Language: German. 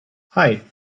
hei